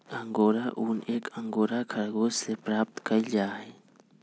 angora ऊन एक angora खरगोश से प्राप्त कइल जाहई